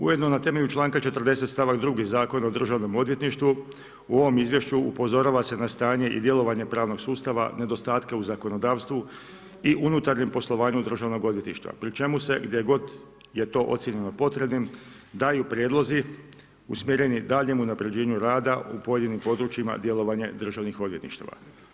Ujedno na temelju članka 40. stavak 2. Zakona o Državnom odvjetništvu u ovom izvješću upozorava se na stanje i djelovanje pravnog sustava, nedostatka u zakonodavstvu i unutarnjim poslovanjem Državnog odvjetništva pri čemu gdje god je to ocijenjeno potrebnim, daju prijedlozi usmjereni daljnjim unapređenju rada u pojedinim područjima djelovanja državnih odvjetništava.